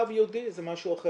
קו ייעודי זה משה ואחר,